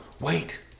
Wait